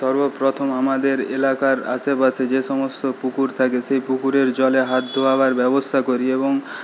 সর্বপ্রথম আমাদের এলাকার আশেপাশে যেসমস্ত পুকুর থাকে সে পুকুরের জলে হাত ধোয়ার ব্যবস্থা করি এবং